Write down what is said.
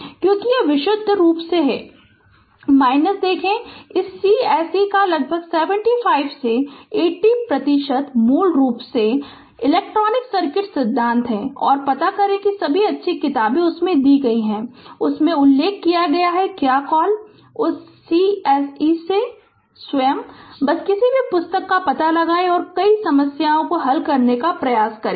और क्योंकि यह विशुद्ध रूप से है देखें इस c se का लगभग 75 से 80 प्रतिशत मूल रूप से इलेक्ट्रिक सर्किट सिद्धांत है और पता करें कि सभी अच्छी किताबें उसमें दी गई हैं उसमें उल्लेख किया गया है क्या कॉल उस c se में स्वयं और बस किसी भी पुस्तक का पता लगाएं और कई समस्याओं को हल करने का प्रयास करें